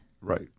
Right